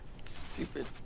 stupid